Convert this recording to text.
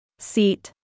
Seat